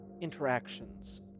interactions